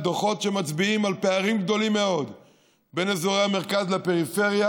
על דוחות שמצביעים על פערים גדולים מאוד בין אזורי המרכז לפריפריה,